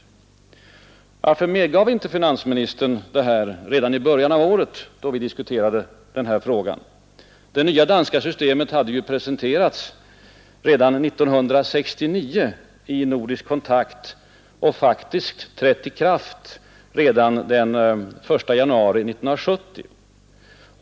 Varför medgav inte finansministern det redan i början av året, då vi diskuterade den här frågan? Det nya danska systemet hade ju presenterats redan 1969 i Nordisk kontakt och faktiskt trätt i kraft redan den 1 januari 1970.